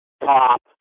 top